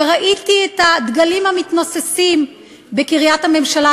וראיתי את הדגלים המתנוססים בקריית הממשלה,